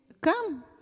come